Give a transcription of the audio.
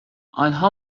آنها